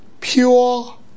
pure